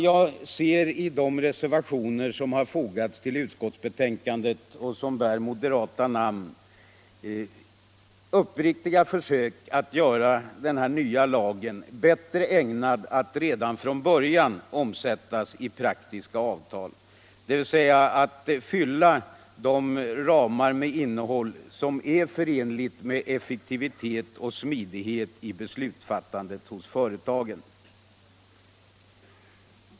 Jag ser i de reservationer som har fogats till utskottsbetänkandet, och som bär moderata namn, uppriktiga försök att göra den här nya lagen bättre ägnad att redan från början omsättas i praktiska avtal, dvs. att fylla ramarna med ett innehåll som är förenligt med effektivitet och smidighet i beslutsfattandet hos företagen.